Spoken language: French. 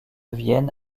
vienne